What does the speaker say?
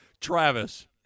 Travis